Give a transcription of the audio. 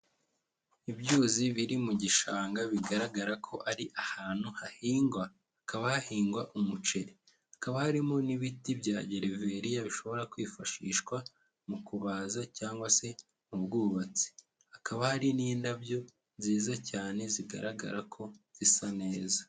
Ibyuzi biri mu gishanga bigaragarako ari ahantu hahingwa hakaba hahingwa umuceri, hakaba harimo n'ibiti bya geriveriya bishobora kwifashishwa mu kubaza cyangwa se mu bwubatsi, hakaba hari n'indabyo nziza cyane zigaragarako zisa neza.